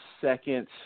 second